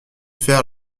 faire